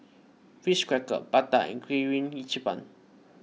Ritz Crackers Bata and Kirin Ichiban